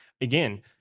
Again